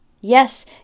Yes